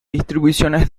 distribuciones